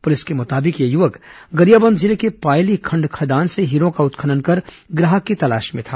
police के मुताबिक यह युवक गरियाबंद जिले के पायलीखंड खदान से हीरों का उत्खनन कर ग्राहक की तलाश में था